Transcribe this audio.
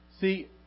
See